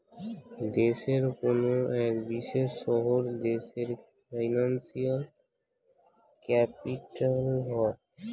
দেশের কোনো এক বিশেষ শহর দেশের ফিনান্সিয়াল ক্যাপিটাল হয়